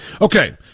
Okay